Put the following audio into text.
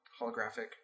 holographic